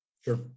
Sure